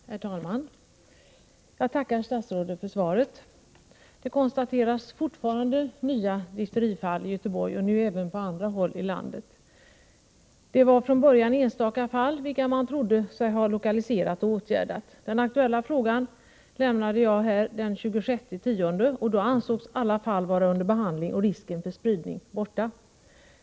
Herr talman! Jag tackar statsrådet för svaret på min fråga. Det konstateras fortfarande nya difterifall i Göteborg och nu även på andra håll i landet. Det var från början enstaka fall, vilka man trodde sig ha lokaliserat och åtgärdat. Jag lämnade in den aktuella frågan den 26 oktober, och då ansågs alla fall vara under behandling och risken för spridning borta.